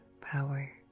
power